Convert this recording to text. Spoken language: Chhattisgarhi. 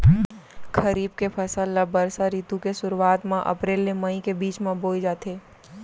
खरीफ के फसल ला बरसा रितु के सुरुवात मा अप्रेल ले मई के बीच मा बोए जाथे